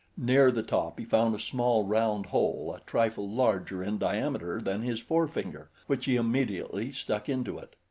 near the top he found a small round hole a trifle larger in diameter than his forefinger, which he immediately stuck into it.